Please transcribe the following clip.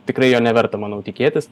tikrai jo neverta manau tikėtis